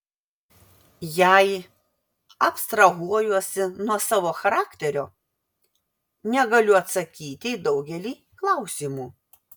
jei abstrahuojuosi nuo savo charakterio negaliu atsakyti į daugelį klausimų